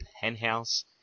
Penthouse